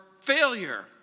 failure